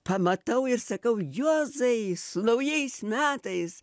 pamatau ir sakau juozai su naujais metais